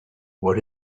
what